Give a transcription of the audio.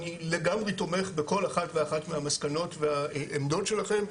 אני לגמרי תומך בכל אחת ואחת מהמסקנות והעמדות שלכם,